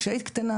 כשהיית קטנה,